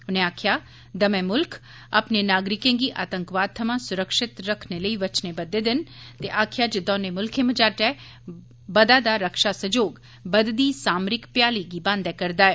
उनें आक्खेआ दमै मुल्ख अपने नागरिकें गी आतंकवाद थमां सुरक्षत रखने लेई वचने बद्धे दे न ते आक्खेआ जे दौनें मुल्खें मझाटै बधा दा रक्षा सैह्योग बधदी सामरिक भ्याली गी बांदै करदा ऐ